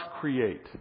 create